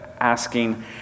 asking